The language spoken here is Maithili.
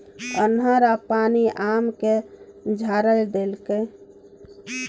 अन्हर आ आंधी आम के झाईर देलकैय?